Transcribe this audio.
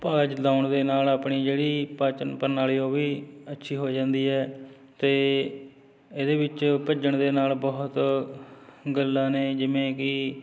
ਭਾਜ ਲਾਉਣ ਦੇ ਨਾਲ ਆਪਣੀ ਜਿਹੜੀ ਪਾਚਨ ਪ੍ਰਣਾਲੀ ਉਹ ਵੀ ਅੱਛੀ ਹੋ ਜਾਂਦੀ ਹੈ ਅਤੇ ਇਹਦੇ ਵਿੱਚ ਭੱਜਣ ਦੇ ਨਾਲ ਬਹੁਤ ਗੱਲਾਂ ਨੇ ਜਿਵੇਂ ਕਿ